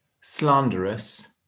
slanderous